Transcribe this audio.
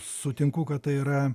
sutinku kad tai yra